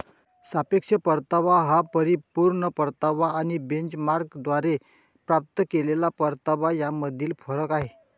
सापेक्ष परतावा हा परिपूर्ण परतावा आणि बेंचमार्कद्वारे प्राप्त केलेला परतावा यामधील फरक आहे